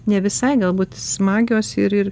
ne visai galbūt smagios ir ir